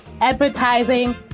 advertising